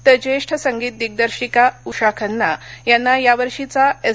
तर ज्येष्ठ संगीत दिग्दर्शिका उषा खन्ना यांना या वर्षीचा एस